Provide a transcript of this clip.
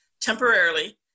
temporarily